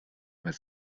mehr